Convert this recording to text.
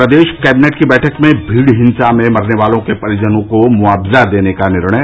प्रदेश cabinet की बैठक में भीड़ हिंसा में मरने वालों के परिजनों को मुआवजा देने का निर्णय